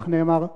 כך נאמר,